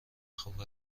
خوب